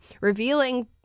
revealing